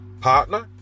partner